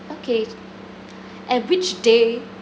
okay and which day